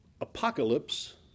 apocalypse